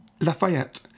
Lafayette